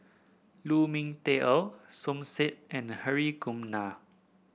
Lu Ming Teh Earl Som Said and Hri Kumar Nair